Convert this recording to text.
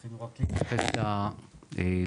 רצינו רק להתייחס למנגנונים,